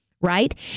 right